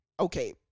Okay